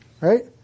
right